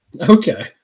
Okay